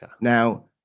Now